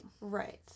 Right